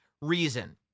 reason